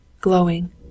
glowing